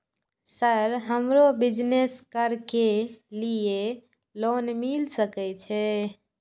Sir हमरो business करके ली ये लोन मिल सके छे?